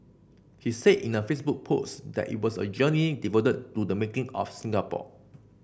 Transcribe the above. he said in a Facebook post that it was a journey devoted to the making of Singapore